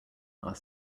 are